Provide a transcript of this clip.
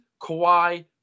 Kawhi –